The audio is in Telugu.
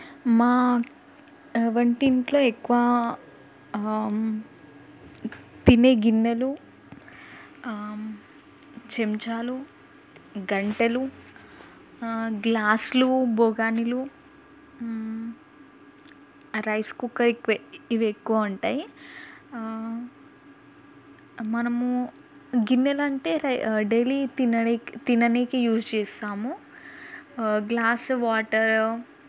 మా వంటింట్లో ఎక్కువ తినే గిన్నెలు చెంచాలు గంటెలు గ్లాసులు బగోనీలు రైస్ కుక్కర్ ఎక్కువ ఇవి ఎక్కువ ఉంటాయి మనము గిన్నెలు అంటే డైలీ తిననీకి యూజ్ చేస్తాము గ్లాస్ వాటర్